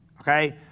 okay